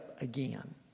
again